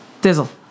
Dizzle